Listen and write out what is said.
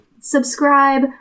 Subscribe